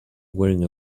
wearing